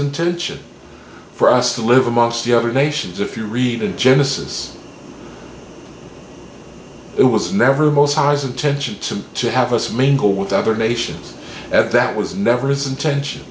intention for us to live amongst the other nations if you read in genesis it was never most highs and tensions and to have us main goal with other nations at that was never his intention